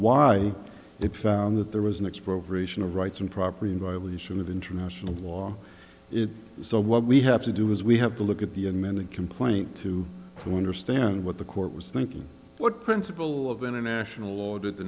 why it found that there was an expropriation of rights and property in violation of international law so what we have to do is we have to look at the in many complaint to understand what the court was thinking what principle of international law